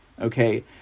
okay